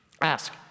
Ask